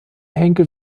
henkel